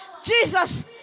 jesus